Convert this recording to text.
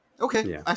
Okay